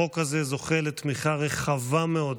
החוק הזה זוכה לתמיכה רחבה מאוד